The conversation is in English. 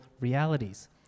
realities